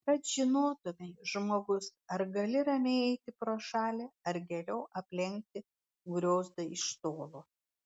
kad žinotumei žmogus ar gali ramiai eiti pro šalį ar geriau aplenkti griozdą iš tolo